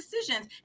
decisions